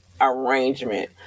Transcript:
arrangement